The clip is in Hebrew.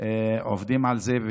עובדים על זה,